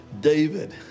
David